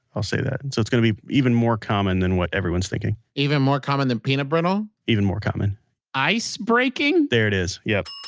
i'll say that. and so, it's going to be even more common than what everyone's thinking even more common than peanut brittle? even more common ice breaking? there it is. yeah